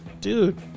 dude